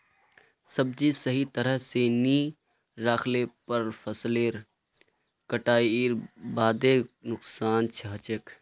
सब्जी सही तरह स नी राखले पर फसलेर कटाईर बादे नुकसान हछेक